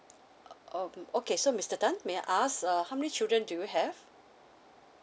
um okay so mister tan may I ask uh how many children do you have